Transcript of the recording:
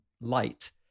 light